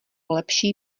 lepší